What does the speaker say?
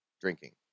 drinking